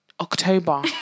October